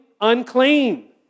Unclean